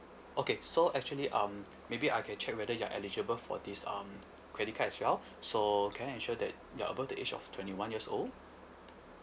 okay so actually um maybe I can check whether you are eligible for this um credit card as well so can I ensure that you are above the age of twenty one years old